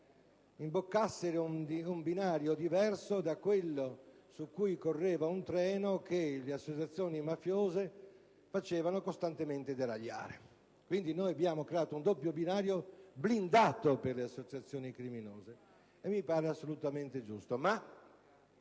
che imboccassero un binario diverso da quello su cui correva un treno che le associazioni mafiose facevano costantemente deragliare. Quindi, abbiamo creato un doppio binario blindato per le associazioni criminose, e mi sembra assolutamente giusto.